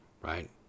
right